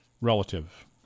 relative